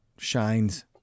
shines